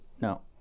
No